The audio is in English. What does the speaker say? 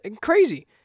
crazy